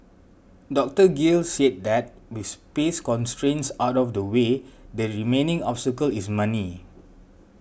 Doctor Gill said that with space constraints out of the way the remaining obstacle is money